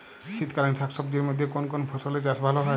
শীতকালীন শাকসবজির মধ্যে কোন কোন ফসলের চাষ ভালো হয়?